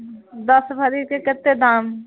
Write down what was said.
दस भरीके कतेक दाम